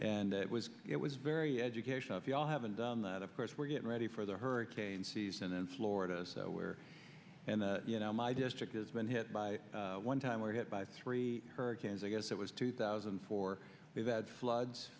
and it was it was very educational if you all haven't done that of course we're getting ready for the hurricane season in florida where and you know my district has been hit by one time were hit by three hurricanes i guess it was two thousand and four we've had floods